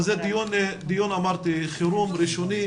זה דיון חירום ראשוני,